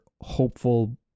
hopeful